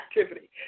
activity